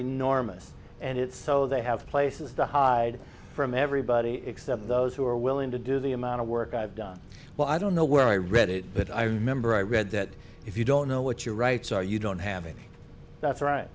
enormous and it's so they have places to hide from everybody except those who are willing to do the amount of work i've done well i don't know where i read it but i remember i read that if you don't know what your rights are you don't have it that's right